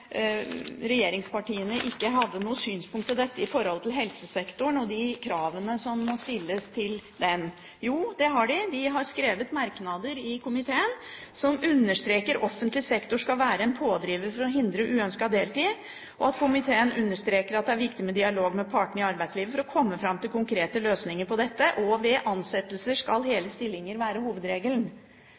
de kravene som må stilles til helsesektoren. Jo, det har de. De har skrevet merknader i komitéinnstillingen «som understreker at offentlig sektor skal være en pådriver for å hindre uønsket deltid. Komiteen understreker at det er viktig med dialog med partene i arbeidslivet for å komme frem til konkrete løsninger. Ved ansettelser skal hele stillinger være hovedregelen.»